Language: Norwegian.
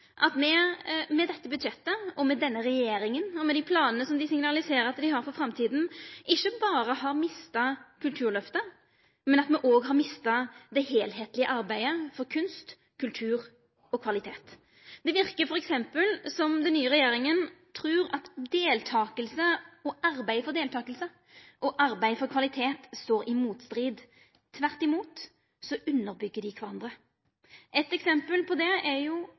at me med dette budsjettet, og med denne regjeringa og dei planane dei signaliserer at dei har for framtida, ikkje berre har mista Kulturløftet, men at me òg har mista det heilskaplege arbeidet for kunst, kultur og kvalitet. Det verkar f.eks. som om den nye regjeringa trur at deltaking og arbeidet for deltaking står i motstrid til arbeidet for kvalitet. Tvert imot: Dei underbyggjer kvarandre. Eit eksempel på det er